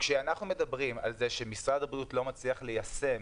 כשאנחנו מדברים על כך שמשרד הבריאות לא מצליח ליישם